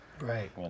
Right